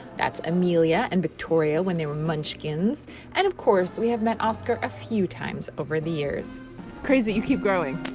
that's amelia and victoria when they were munchkins and of course we have met oscar a few times over the years. it's crazy you keep growing,